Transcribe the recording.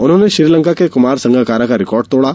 उन्होंने श्रीलंका के कुमार संगकारा का रिकॉर्ड तोड़ा